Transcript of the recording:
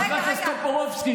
חבר הכנסת טופורובסקי,